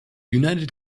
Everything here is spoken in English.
united